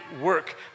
work